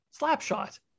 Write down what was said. Slapshot